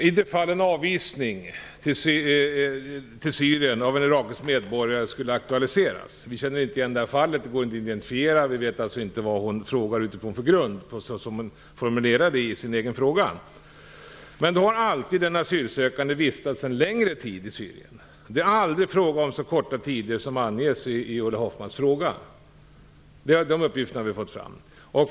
Herr talman! Vi känner inte till det fall som Ulla Hoffmann har tagit upp - det går inte att identifiera - och vi vet alltså inte på vilken grund Ulla Hoffmann har formulerat sin fråga. De uppgifter vi har fått fram är att avvisning av en asylsökande irakisk medborgare till Syrien sker när han tidigare har vistats där länge. Det är aldrig fråga om så kort tid som anges i frågan.